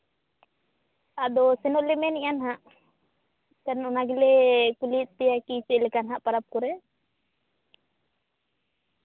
ᱟᱫᱚ ᱥᱮᱱᱚᱜ ᱞᱮ ᱢᱮᱱᱮᱫᱼᱟ ᱱᱟᱦᱟᱸᱜ ᱥᱮᱱ ᱚᱱᱟ ᱜᱮᱞᱮ ᱠᱩᱞᱤᱭᱮᱫ ᱯᱮᱭᱟ ᱠᱤ ᱪᱮᱫ ᱞᱮᱠᱟ ᱱᱟᱦᱟᱸᱜ ᱯᱟᱨᱟᱵᱽ ᱠᱚᱨᱮ